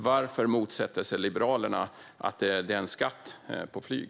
Varför motsätter sig Liberalerna en skatt på flyg?